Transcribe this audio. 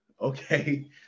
Okay